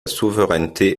souveraineté